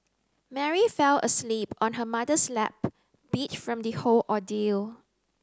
Mary fell asleep on her mother's lap beat from the whole ordeal